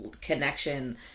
connection